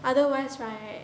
otherwise right